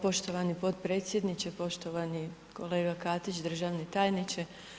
Poštovani potpredsjedniče, poštovani kolega Katić državni tajniče.